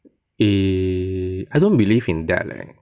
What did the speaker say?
eh I don't believe in that leh